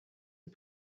who